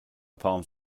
palms